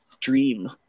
dream